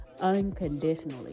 unconditionally